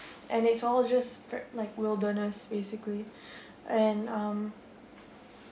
and it's all just like wilderness basically and um